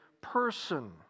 person